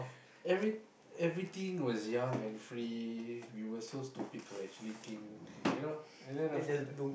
every everything was young and free we were so stupid to actually think you know and then after that